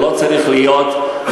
זה לא צריך להיות,